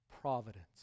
providence